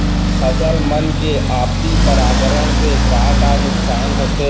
फसल मन के आपसी परागण से का का नुकसान होथे?